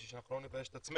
כדי שלא נבייש את עצמנו,